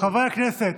חברי הכנסת,